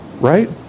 right